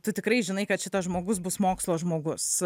tu tikrai žinai kad šitas žmogus bus mokslo žmogus